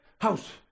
house